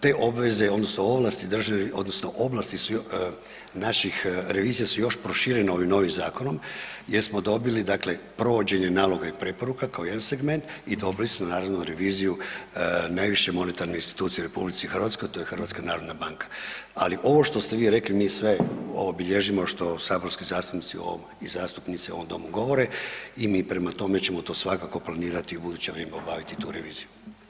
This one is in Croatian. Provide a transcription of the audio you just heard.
Te obveze odnosno ovlasti odnosno ovlasti svih naših revizija su još proširena ovim novim zakonom jer smo dobili dakle provođenje naloga i preporuka kao jedan segment i dobili smo nalog na reviziju najviše monetarnih institucija u RH, to je HNB ali ovo što ste vi rekli, mi sve bilježimo što saborski zastupnici i zastupnici u ovom domu govore i mi prema tome ćemo to svakako planirati i u buduće vrijeme obaviti tu reviziju.